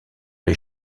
les